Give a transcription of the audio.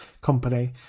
company